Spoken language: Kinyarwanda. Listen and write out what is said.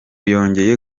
yongeye